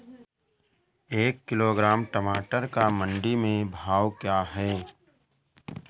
एक किलोग्राम टमाटर का मंडी में भाव क्या है?